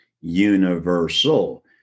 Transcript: universal